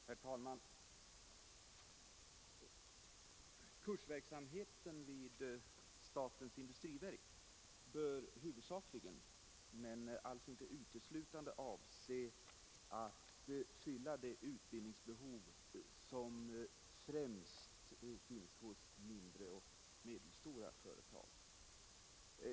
Herr talman! Kursverksamheten vid statens industriverk bör huvudsakligen, men alls inte uteslutande, avse att fylla det utbildningsbehov som finns främst hos mindre och medelstora företag.